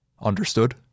Understood